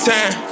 Time